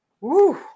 woo